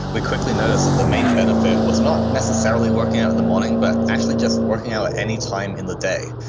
we quickly noticed that the main benefit was not necessarily working out in the morning, but actually just working out at any time in the day.